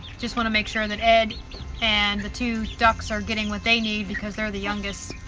just want to make sure and that ed and the two ducks are getting what they need because they're the youngest.